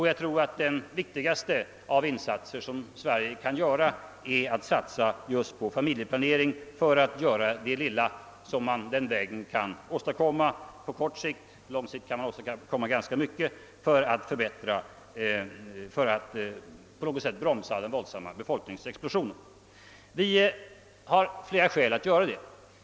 Jag tror att den viktigaste insats som Sverige där kan göra är att satsa på familjeplaneringen för att göra det lilla som kan åstadkommas på kort sikt — på lång sikt kan man åstadkomma ganska mycket — för att bromsa den våldsamma befolkningsexplosionen. Det finns flera skäl varför vi bör göra det.